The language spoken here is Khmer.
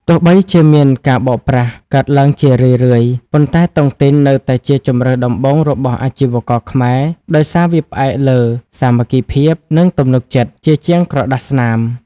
ទោះបីជាមានការបោកប្រាស់កើតឡើងជារឿយៗ ប៉ុន្តែតុងទីននៅតែជាជម្រើសដំបូងរបស់អាជីវករខ្មែរ ដោយសារវាផ្អែកលើ "សាមគ្គីភាព និងទំនុកចិត្ត" ជាជាងក្រដាសស្នាម។